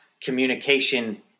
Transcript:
communication